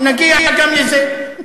נגיע גם לזה.